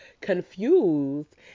confused